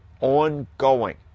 ongoing